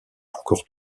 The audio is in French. encore